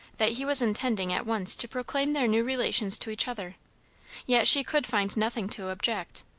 that he was intending at once to proclaim their new relations to each other yet she could find nothing to object,